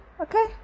okay